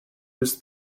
was